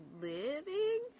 living